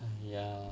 !haiya!